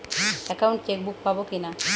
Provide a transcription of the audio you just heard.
Account chequebook পাবো কি না?